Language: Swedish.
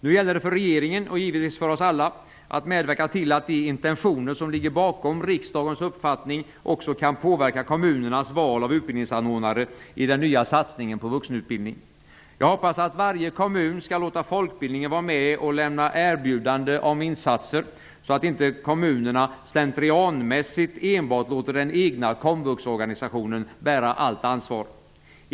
Nu gäller det för regeringen - och givetvis för oss alla - att medverka till att de intentioner som ligger bakom riksdagens uppfattning också kan påverka kommunernas val av utbildningsanordnare i den nya satsningen på vuxenutbildning. Jag hoppas att varje kommun skall låta folkbildningen vara med och lämna erbjudande om insatser, så att inte kommunerna slentrianmässigt enbart låter den egna komvuxorganisationen bära allt ansvar.